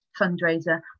fundraiser